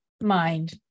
mind